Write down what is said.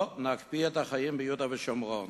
לא נקפיא את החיים ביהודה ושומרון.